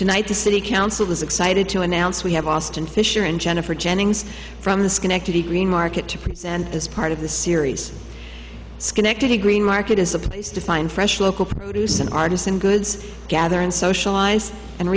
tonight the city council is excited to announce we have austin fisher and jennifer jennings from the schenectady green market to produce and as part of the series schenectady green market is a place to find fresh local produce an artisan goods gather and socialize and